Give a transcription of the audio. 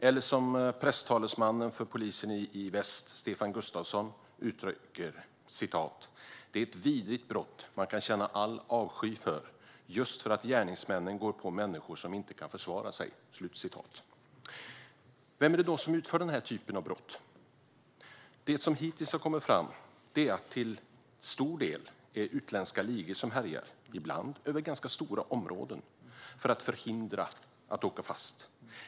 Eller som presstalesmannen för polisen i Region väst Stefan Gustafsson uttrycker det: "Det här är ett vidrigt brott som man kan känna all avsky för, just för att gärningsmännen går på människor som ofta inte kan försvara sig." Vem är det då som utför den här typen av brott? Det som hittills har kommit fram är att det till stor del är utländska ligor som härjar, ibland över ganska stora områden för att undvika att åka fast.